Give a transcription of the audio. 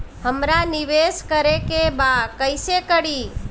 हमरा निवेश करे के बा कईसे करी?